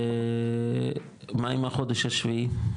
מה עם החודש השביעי?